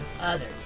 others